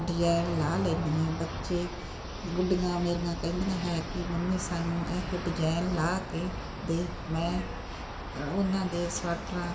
design ਲਾ ਲੈਨੀ ਹਾਂ ਬੱਚੇ ਗੁੱਡੀਆਂ ਮੇਰੀਆਂ ਕਹਿੰਦੀਆਂ ਹੈ ਕਿ ਮੰਮੀ ਸਾਨੂੰ ਇਹ ਡਿਜ਼ਾਇਨ ਲਾ ਕੇ ਦੇ ਮੈਂ ਉਹਨਾਂ ਦੇ ਸਵੈਟਰਾਂ